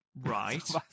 Right